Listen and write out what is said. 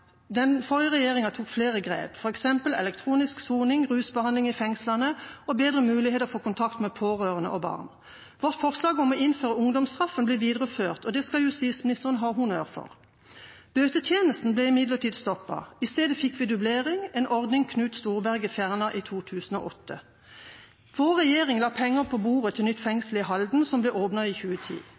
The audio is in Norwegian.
tok flere grep, f.eks. elektronisk soning, rusbehandling i fengslene og bedre muligheter for kontakt med pårørende og barn. Vårt forslag om å innføre ungdomsstraffen ble videreført, og det skal justisministeren ha honnør for. Bøtetjenesten ble imidlertid stoppet. I stedet fikk vi dublering, en ordning Knut Storberget fjernet i 2008. Vår regjering la penger på bordet til nytt fengsel i Halden, som ble åpnet i 2010.